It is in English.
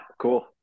cool